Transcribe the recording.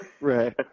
Right